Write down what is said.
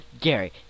Gary